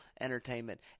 entertainment